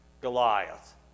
Goliath